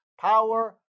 power